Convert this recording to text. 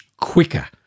quicker